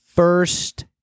first